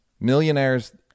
Millionaires